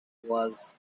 was